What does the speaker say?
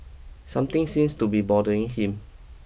something seems to be bothering him